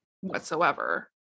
whatsoever